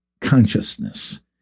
consciousness